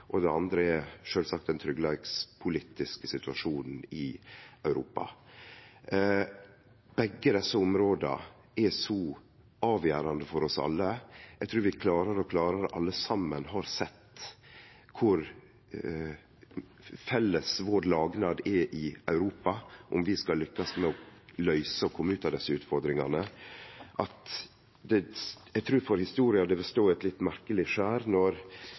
og det andre er sjølvsagt den tryggleikspolitiske situasjonen i Europa. Begge desse områda er avgjerande for oss alle. Eg trur vi alle saman klarare og klarare har sett kor felles vår lagnad er i Europa, om vi skal lykkast med å løyse og kome ut av desse utfordringane, at det i historias lys vil stå i eit litt merkeleg skjær når